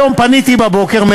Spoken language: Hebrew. היום בבוקר פניתי,